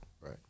right